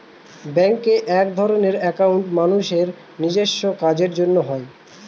ব্যাঙ্কে একধরনের একাউন্ট মানুষের নিজেস্ব কাজের জন্য হয়